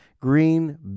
green